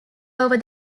over